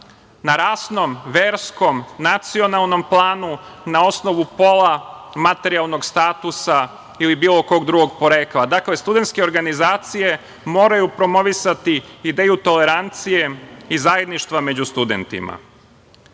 na rasnom, verskom, nacionalnom planu, na osnovu pola, materijalnog statusa ili bilo kog drugog porekla. Dakle, studentske organizacije moraju promovisati ideju tolerancije i zajedništva među studentima. Studentske